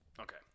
Okay